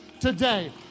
today